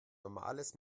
normales